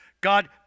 God